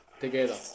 together